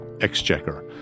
exchequer